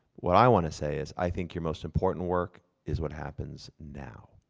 what i want to say is i think your most important work is what happens now.